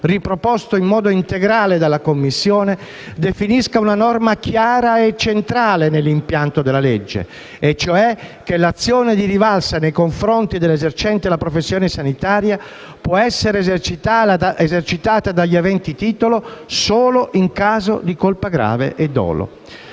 riproposto in modo integrale dalla Commissione, definisca una norma chiara e centrale nell'impianto della legge e cioè che l'azione di rivalsa nei confronti dell'esercente la professione sanitaria può essere esercitata dagli aventi titolo solo in caso di dolo o colpa